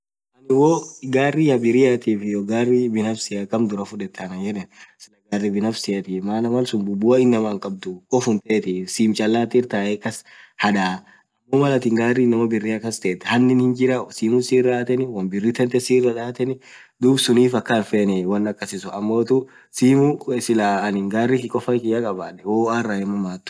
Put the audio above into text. woo gari abbiriathif hiyyo gari binafsia kamm dhurah fudhedha anan yedhe silaa gari binafsiathi maaan malsun bubua inamaa hinkhabdhu khoffum tetthi simchalathi kasthaae hadhaaa ammo athin garii inamaa birri kasthethu hanni hinjiraa woom sirah hatheni won birri tanthee hatheni dhub sunnif akhan hinfenee wonn akasisun ammothu wonni gari kinkin khofaa khabedhe woyyu arrah hihamathuu